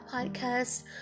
podcast